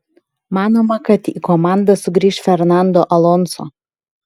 manoma kad į komandą sugrįš fernando alonso